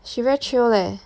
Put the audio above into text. she very chio leh